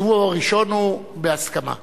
הסיבוב הראשון הוא בהסכמה.